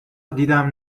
دیدم